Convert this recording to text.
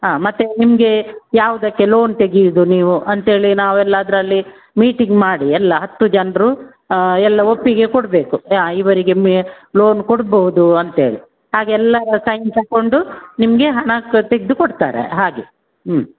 ಹಾಂ ಮತ್ತೆ ನಿಮ್ಗೆ ಯಾವುದಕ್ಕೆ ಲೋನ್ ತೆಗಿಯೋದು ನೀವು ಅಂತೇಳಿ ನಾವೆಲ್ಲ ಅದರಲ್ಲಿ ಮೀಟಿಂಗ್ ಮಾಡಿ ಎಲ್ಲ ಹತ್ತು ಜನರು ಎಲ್ಲ ಒಪ್ಪಿಗೆ ಕೊಡಬೇಕು ಇವರಿಗೆ ಮಿ ಲೋನ್ ಕೊಡ್ಬೋದು ಅಂತೇಳಿ ಆಗ ಎಲ್ಲರ ಸೈನ್ ತಗೊಂಡು ನಿಮಗೆ ಹಣ ಕಟ್ಟಿದ್ದು ಕೊಡ್ತಾರೆ ಹಾಗೆ ಹ್ಞೂ